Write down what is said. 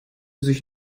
sich